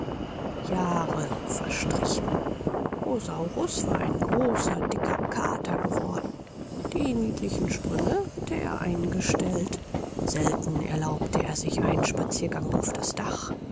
jahre verstrichen rosaurus war ein großer dicker kater geworden die niedlichen sprünge hatte er eingestellt selten erlaubte er sich einen spatziergang auf das dach